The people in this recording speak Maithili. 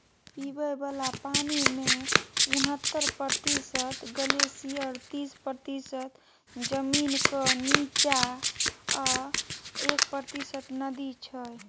पीबय बला पानिमे उनहत्तर प्रतिशत ग्लेसियर तीस प्रतिशत जमीनक नीच्चाँ आ एक प्रतिशत नदी छै